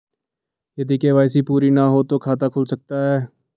यदि के.वाई.सी पूरी ना हो तो खाता खुल सकता है?